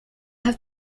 have